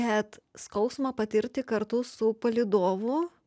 bet skausmą patirti kartu su palydovu